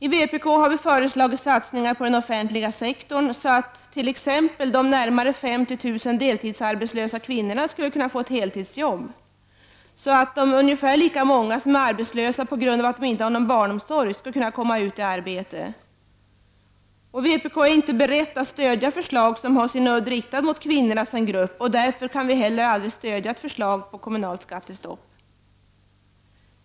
I vpk har vi föreslagit satsningar på den offentliga sektorn, så att t.ex. de närmare 50 000 deltidsarbetslösa kvinnorna skulle kunna få ett heltidsjobb och de ungefär lika många som är arbetslösa på grund av att de inte har någon barnomsorg skulle kunna komma ut i arbete. Vpk är inte berett att stödja förslag som har sin udd riktad mot kvinnorna som grupp, och därför kan vi heller aldrig stödja ett förslag om kommunalt skattestopp.